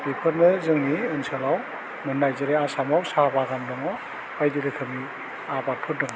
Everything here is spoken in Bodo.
बेफोरनो जोंनि ओनसोलाव मोन्नाय जेरै आसामाव साहा बागान दङ बायदि रोखोमनि आबादफोर दं